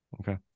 Okay